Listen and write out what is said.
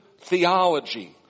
Theology